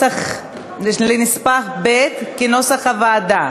לנספח ב' כנוסח הוועדה.